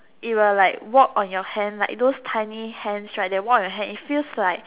it will like walk on your hand like those tiny hands right that walk on your hands it feels like